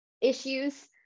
issues